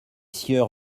sieur